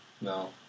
No